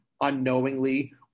unknowingly